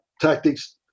tactics